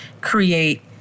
create